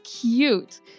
cute